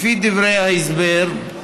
לפי דברי ההסבר,